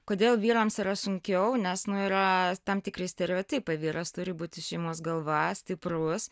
kodėl vyrams yra sunkiau nes nu yra tam tikri stereotipai vyras turi būti šeimos galva stiprus